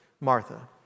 Martha